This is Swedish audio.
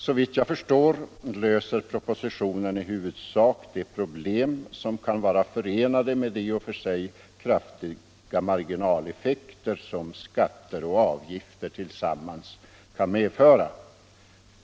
Såvitt jag förstår löser propositionen i huvudsak de problem som kan vara förenade med de i och för sig kraftiga marginaleffekter som skatter och avgifter tillsammans kan medföra.